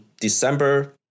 December